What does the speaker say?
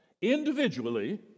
individually